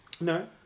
No